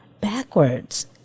backwards